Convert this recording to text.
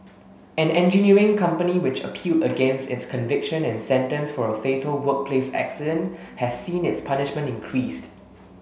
an engineering company which appealed against its conviction and sentence for a fatal workplace accident has seen its punishment increased